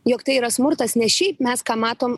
jog tai yra smurtas ne šiaip mes ką matom